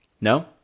no